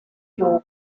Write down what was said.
your